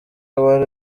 wari